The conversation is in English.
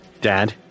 Dad